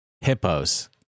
Hippos